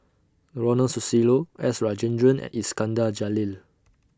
Ronald Susilo S Rajendran and Iskandar Jalil